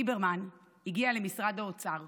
ליברמן הגיע למשרד האוצר,